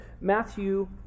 Matthew